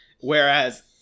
Whereas